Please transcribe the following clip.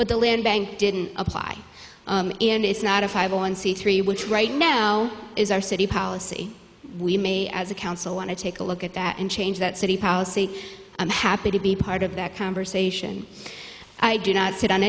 but the bank didn't apply and it's not a five one c three which right now is our city policy we may as a council want to take a look at that and change that city policy i'm happy to be part of that conversation i do not sit on